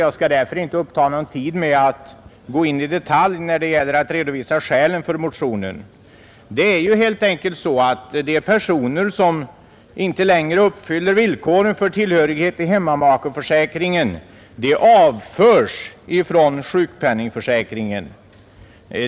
Jag skall därför inte uppta någon tid med att i detalj redovisa skälen för motionen. Det är helt enkelt så att de personer som inte längre uppfyller villkoren för tillhörighet till hemmamakeförsäkringen de avförs från sjukpenningförsäkringen.